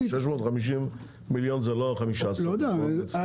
650 מיליון זה לא 15%, אני מאוד מצטער.